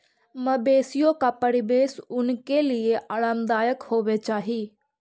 मवेशियों का परिवेश उनके लिए आरामदायक होवे चाही